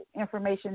information